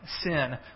sin